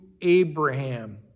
Abraham